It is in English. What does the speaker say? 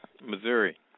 Missouri